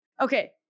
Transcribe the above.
okay